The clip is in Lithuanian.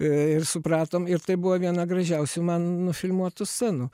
ir supratom ir tai buvo viena gražiausių man nufilmuotų scenų